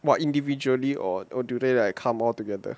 what individually or or do they like come altogether